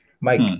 Mike